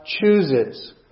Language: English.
chooses